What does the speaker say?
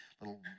little